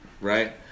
Right